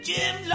Jim